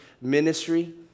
ministry